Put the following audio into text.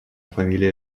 familie